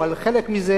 או על חלק מזה,